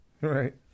Right